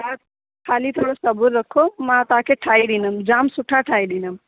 ख़ाली थोरो सबुरु रखो मां तव्हांखे ठाहे ॾींदमि जामु सुठा ठाहे ॾींदमि